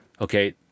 Okay